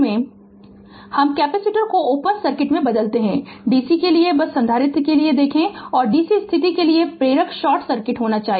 Refer Slide Time 2511 हम capacitor को open circuit से बदलते हैं dc के लिए बस संधारित्र के लिए देखा है और dc स्थिति के लिए प्रेरक शॉर्ट सर्किट होना चाहिए